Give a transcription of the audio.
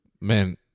man